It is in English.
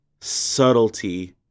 subtlety